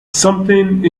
something